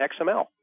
XML